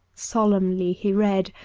solemnly he read,